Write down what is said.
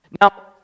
Now